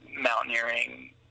mountaineering